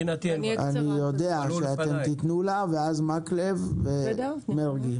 לאחר מכן מקלב ומרגי.